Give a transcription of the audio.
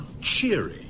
cheery